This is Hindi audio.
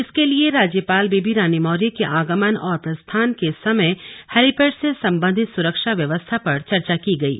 इसके लिए राज्यपाल बेबी रानी मौर्य के आगमन और प्रस्थान के समय हैलीपैड से सम्बन्धित सुरक्षा व्यवस्था पर चर्चा की गयी